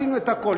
עשינו את הכול,